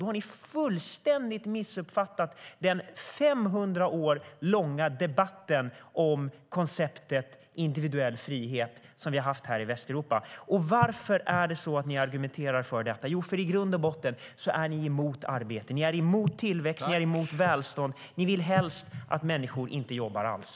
Då har ni miljöpartister fullständigt missuppfattat den 500 år långa debatten om konceptet individuell frihet som vi haft i Västeuropa. Varför argumenterar ni för friår? Jo, för i grund och botten är ni emot arbete, ni är emot tillväxt, ni är emot välstånd. Ni vill helst att människor inte jobbar alls.